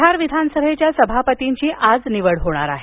बिहार बिहार विधानसभेच्या सभापतींची आज निवड होणार आहे